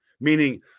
meaning